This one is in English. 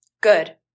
Good